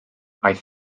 aeth